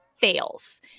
fails